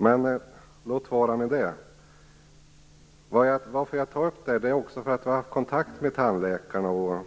Jag tar upp detta därför att vi har haft kontakt med tandläkarna och